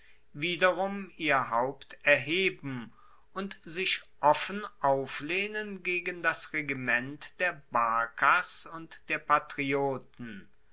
wiederum ihr haupt erheben und sich offen auflehnen gegen das regiment der barkas und der patrioten